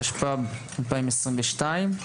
התשפ"ב-2022.